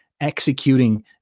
executing